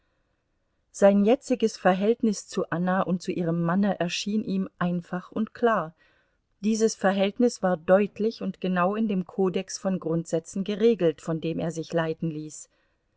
sein jetziges verhältnis zu anna und zu ihrem manne erschien ihm einfach und klar dieses verhältnis war deutlich und genau in dem kodex von grundsätzen geregelt von dem er sich leiten ließ